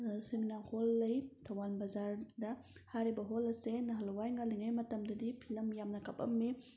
cinema hall ꯂꯩ ꯊꯧꯕꯥꯟ ꯕꯖꯥꯔꯗ ꯍꯥꯏꯔꯤꯕ ꯍꯣꯜ ꯑꯁꯤ ꯅꯍꯥꯟꯋꯥꯏ ꯉꯜꯂꯤꯉꯩ ꯃꯇꯝꯗꯗꯤ ꯐꯤꯂꯝ ꯌꯥꯝꯅ ꯀꯥꯞꯂꯝꯃꯤ